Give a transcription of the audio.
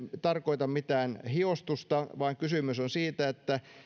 tarkoita mitään hiostusta vaan kysymys on siitä että